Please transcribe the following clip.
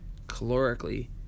calorically